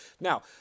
Now